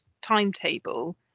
timetable